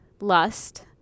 Lust